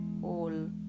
whole